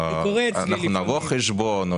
תסגרו חשבון.